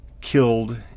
killed